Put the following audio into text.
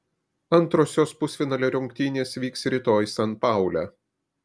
antrosios pusfinalio rungtynės vyks rytoj san paule